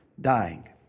dying